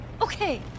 Okay